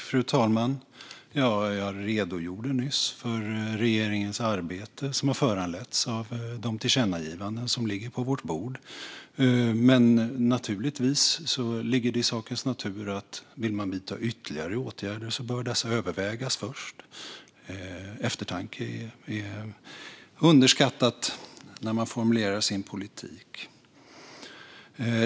Fru talman! Jag redogjorde nyss för regeringens arbete som har föranletts av de tillkännagivanden som ligger på vårt bord. Men om man vill vidta ytterligare åtgärder ligger det i sakens natur att dessa först bör övervägas. Eftertanke är underskattat när man formulerar sin politik.